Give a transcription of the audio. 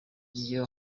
iyo